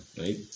right